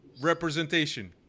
representation